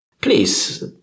Please